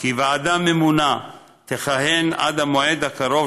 כי ועדה ממונה תכהן עד המועד הקרוב